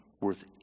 worth